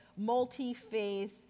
multi-faith